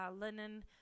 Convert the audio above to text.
linen